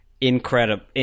incredible